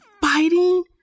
fighting